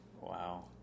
Wow